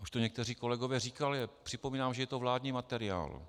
Už to někteří kolegové říkali a připomínám, že je to vládní materiál.